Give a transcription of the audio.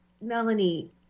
Melanie